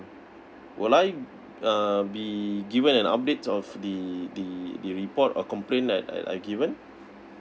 will I err be given an updates of the the the report or complain that I I'd given